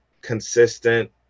consistent